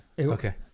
Okay